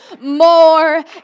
more